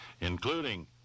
including